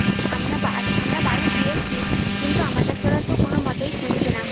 আমরা বা আমরা বধা দিয়েছি কিন্তু আমাদের কথা তো কোনো মতেই শুনছে না